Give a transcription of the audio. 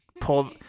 pull